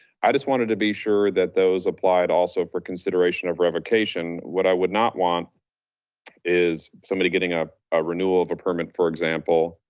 i just wanted to be sure that those applied also for consideration of revocation, what i would not want is somebody getting up a renewal of a permit, for example.